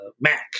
mac